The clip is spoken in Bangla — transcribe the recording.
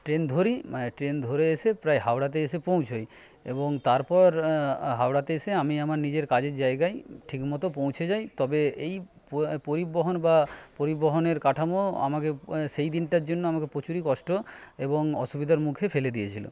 ট্রেন ধরি মানে ট্রেন ধরে এসে প্রায় হাওড়াতে এসে পৌঁছোই এবং তারপর হাওড়াতে এসে আমি আমার নিজের কাজের জায়গায় ঠিকমতো পৌঁছে যাই তবে এই পরিবহণ বা পরিবহণের কাঠামো আমাকে সেই দিনটার জন্য আমাকে প্রচুরই কষ্ট এবং অসুবিধার মুখে ফেলে দিয়েছিলো